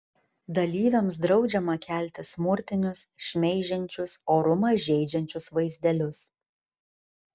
dalyviams draudžiama kelti smurtinius šmeižiančius orumą žeidžiančius vaizdelius